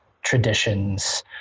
traditions